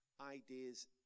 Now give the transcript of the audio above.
ideas